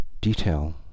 detail